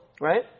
right